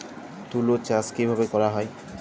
তুলো চাষ কিভাবে করা হয়?